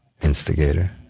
Instigator